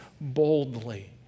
boldly